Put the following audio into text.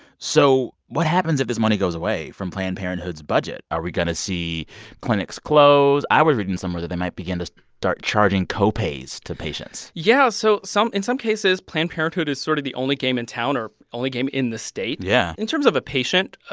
so what happens if this money goes away from planned parenthood's budget? are we going to see clinics close? i was reading somewhere that they might begin to start charging copays to patients yeah. so some in some cases, planned parenthood is sort of the only game in town or only game in the state yeah in terms of a patient, ah